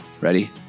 Ready